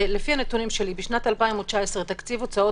לפי הנתונים שלי בשנת 2019 תקציב הוצאות